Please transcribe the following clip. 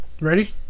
ready